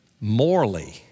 morally